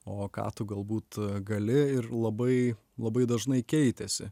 o ką tu galbūt gali ir labai labai dažnai keitėsi